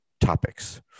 topics